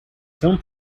film